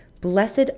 blessed